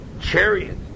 chariot